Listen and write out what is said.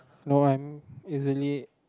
no I'm easily